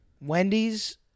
Wendy's